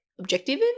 objective